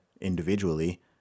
individually